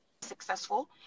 successful